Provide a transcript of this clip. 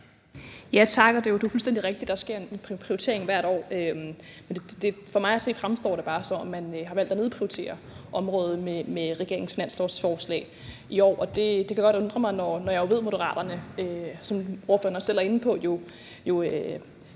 Tak. Det er jo fuldstændig rigtigt, at der sker en prioritering hvert år. For mig at se fremstår det bare, som om man har valgt at nedprioritere området med regeringens finanslovsforslag i år, og det kan godt undre mig, når jeg ved, at Moderaterne, som ordføreren også selv er inde på, jo